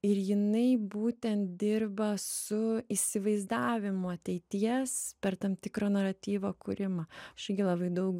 ir jinai būtent dirba su įsivaizdavimu ateities per tam tikro naratyvo kūrimą ši gi labai daug